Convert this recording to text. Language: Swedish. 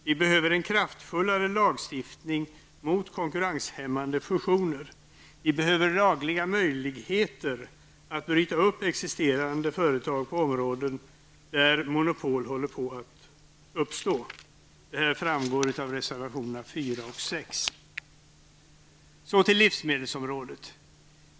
Vi behöver en kraftfullare lagstiftning mot konkurrenshämmande fusioner och vi behöver lagliga möjligheter att bryta upp existerande företag på områden där monopol håller på att uppstå. Detta framgår av reservationerna 4 och 6. Så till livsmedelsområdet.